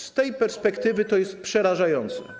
Z tej perspektywy to jest przerażające.